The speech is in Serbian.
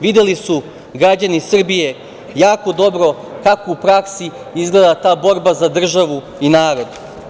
Videli su građani Srbija jako dobro kako u praksi izgleda ta borba za državu i narod.